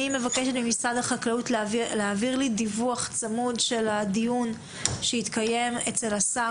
אני מבקשת ממשרד החקלאות להעביר לי דיווח של הדיון שיתקיים אצל השר